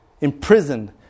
Imprisoned